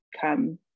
come